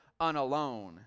Unalone